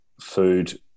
food